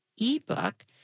ebook